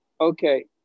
Okay